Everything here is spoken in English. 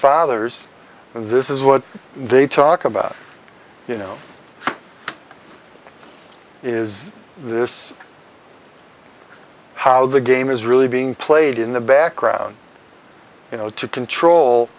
fathers this is what they talk about you know is this how the game is really being played in the background you know to control